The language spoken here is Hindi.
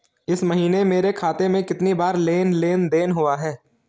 इस महीने मेरे खाते में कितनी बार लेन लेन देन हुआ है?